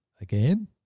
Again